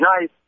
nice